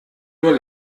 nur